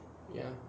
ya